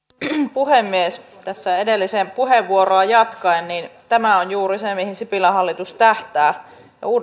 puhemies tässä edellisen puheenvuoroa jatkaen tämä on juuri se mihin sipilän hallitus tähtää